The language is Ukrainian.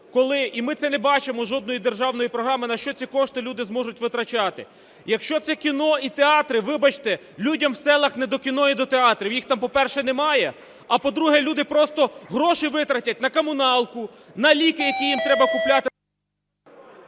і ми це не бачимо жодної державної програми на що ці кошти люди зможуть витрачати. Якщо це кіно і театри, вибачте, людям у селах не до кіно і до театрів. Їх там, по-перше, немає, а, по-друге, люди просто гроші витратять на комуналку, на ліки, які їм треба купляти…